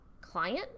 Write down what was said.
client